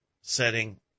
setting